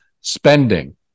spending